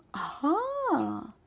aha!